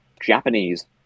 Japanese